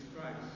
Christ